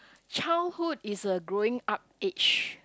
childhood is a growing up age